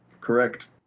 correct